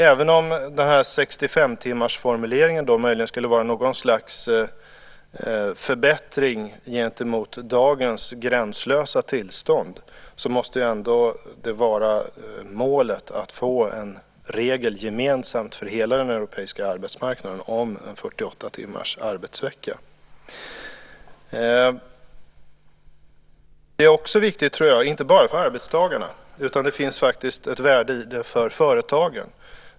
Även om 65-timmarsformuleringen möjligen skulle vara något slags förbättring i förhållande till dagens gränslösa tillstånd, måste målet ändå vara att få en gemensam regel för hela den europeiska arbetsmarknaden om 48 timmars arbetsvecka. Jag tror också att detta är viktigt inte bara för arbetstagarna utan att det faktiskt finns ett värde i detta också för företagen.